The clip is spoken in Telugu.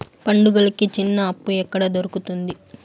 పండుగలకి చిన్న అప్పు ఎక్కడ దొరుకుతుంది